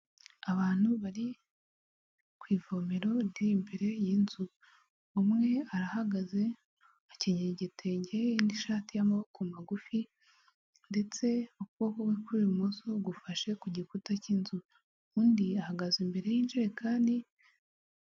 Abantu bari ku ivomero undi imbere y'inzu umwe arahagaze akenyera igitenge n'ishati y'amaboko magufi ndetse ukuboko kwe kw'ibumoso gufashe ku gikuta cy'inzu undi ahagaze imbere y'injire kandi.